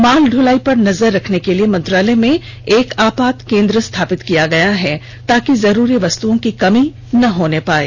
माल दलाई पर नजर रखने के लिए मंत्रालय में एक आपात केन्द्र स्थापित किया गया है ताकि जरूरी वस्तुओं की कमी न होने पाये